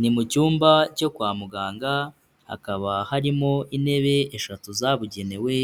Ni mu cyumba cyo kwa muganga, hakaba harimo intebe eshatu zabugenewe